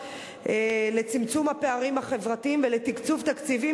לצמצום הפערים החברתיים ולתקצוב תקציבים,